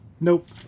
Nope